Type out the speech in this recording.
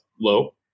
low